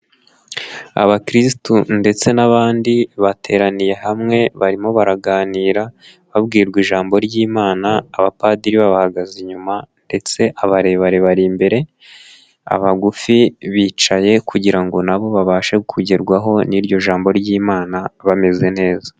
Abakirisitu ndetse n'abandi bateraniye hamwe barimo baraganira babwirwa ijambo ry'I, mana abapadiri babahagaze inyuma ndetse abarebare bari imbere, abagufi bicaye kugira ngo na bo babashe kugerwaho n'iryo jambo ry'Imana bameze neza.